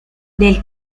del